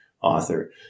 author